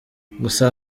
gusa